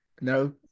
no